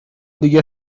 دیگه